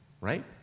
right